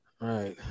Right